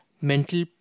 mental